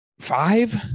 Five